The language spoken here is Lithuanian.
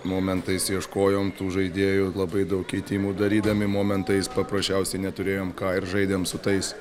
momentais ieškojom tų žaidėjų labai daug keitimų darydami momentais paprasčiausiai neturėjom ką ir žaidėm su tais